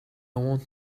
want